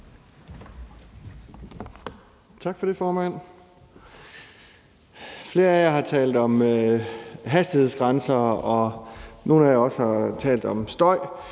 Tak for det, formand. Flere af jer har talt om hastighedsgrænser, og nogle af jer har også talt om støj